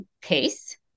case